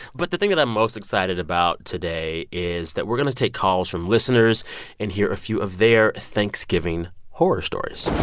but the thing that i'm most excited about today is that we're going to take calls from listeners and hear a few of their thanksgiving horror stories